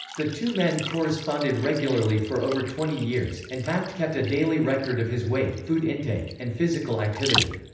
the two men corresponded regularly for over twenty years, and taft kept a daily record of his weight, food intake, and physical activity.